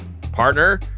Partner